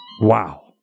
Wow